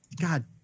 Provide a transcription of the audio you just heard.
God